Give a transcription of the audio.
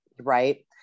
Right